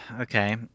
Okay